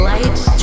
Lights